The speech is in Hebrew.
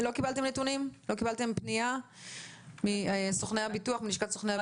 לא קיבלתם פנייה מלשכת סוכני הביטוח?